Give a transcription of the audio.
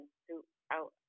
throughout